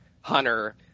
Hunter –